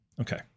Okay